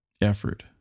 effort